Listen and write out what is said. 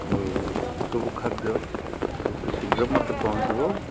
ଆଉ ଏସବୁ ଖାଦ୍ୟ ଯେତେ ଶୀଘ୍ର ମୋତେ ପହଞ୍ଚିବ